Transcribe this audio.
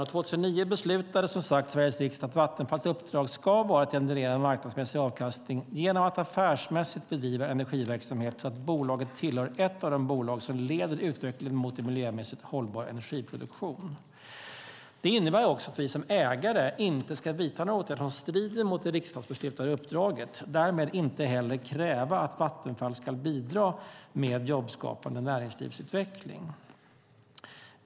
År 2009 beslutade, som sagt, Sveriges riksdag att Vattenfalls uppdrag ska vara att generera en marknadsmässig avkastning genom att affärsmässigt bedriva energiverksamhet så att bolaget är ett av de bolag som leder utvecklingen mot en miljömässigt hållbar energiproduktion. Det innebär också att vi som ägare inte ska vidta några åtgärder som strider mot det riksdagsbeslut som har fattats om uppdraget och därmed inte heller ska kräva att Vattenfall ska bidra med jobbskapande näringslivsutveckling.